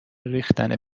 ریختن